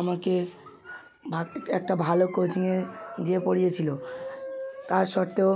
আমাকে ভাগটিকে একটা ভালো কোচিংয়ে দিয়ে পড়িয়েছিল তা সত্ত্বেও